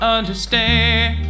Understand